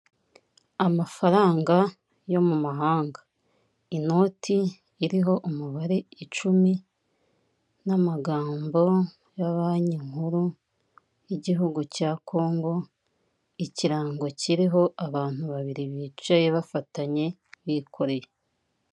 Iyi ni inzu nini mu buryo bugaragara isize amabara y'umweru n'ubururu hejuru ndetse n'umukara ku madirishya n'inzugi ku ruhande hari ubusitani bugaragara neza ubona butoshye, butanga umuyaga ku bagenda bose.